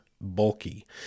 bulky